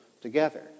together